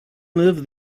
live